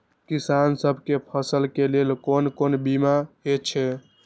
किसान सब के फसल के लेल कोन कोन बीमा हे छे?